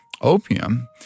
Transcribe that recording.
opium—